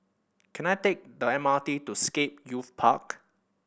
can I take the M R T to Scape Youth Park